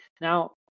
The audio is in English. Now